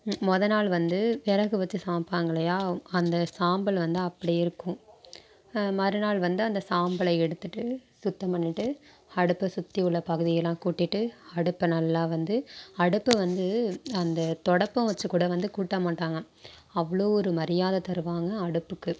மொதல் நாள் வந்து விறகு வைச்சு சமைப்பாங்கல்லையா அந்த சாம்பல் வந்து அப்படியே இருக்கும் மறுநாள் வந்து அந்த சாம்பலை எடுத்துவிட்டு சுத்தம் பண்ணிவிட்டு அடுப்பை சுற்றி உள்ள பகுதியெல்லாம் கூட்டிவிட்டு அடுப்பை நல்லா வந்து அடுப்பை வந்து அந்த துடப்பம் வச்சுக் கூட வந்து கூட்ட மாட்டாங்க அவ்வளோ ஒரு மரியாதை தருவாங்க அடுப்புக்கு